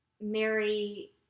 Mary